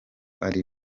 ari